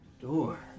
Door